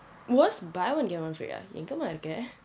what's buy one get one free ah எங்க மா இருக்கிற:enga maa irukkira